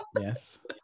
Yes